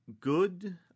good